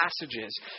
passages